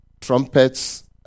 Trumpets